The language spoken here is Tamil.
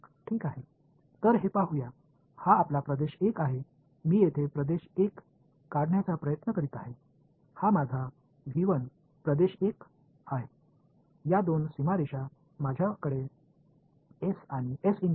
எனவே இது எங்கள் பகுதி 1 நான் இங்கு பகுதி 1 ஐ வரைய முயற்சிக்கிறேன் இது எனது V 1 பகுதி 1 இதன் இரண்டு எல்லைகள் S மற்றும்